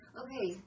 okay